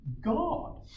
God